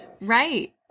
Right